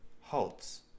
halts